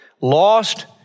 lost